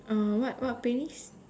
uh what what playlist